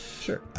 Sure